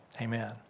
Amen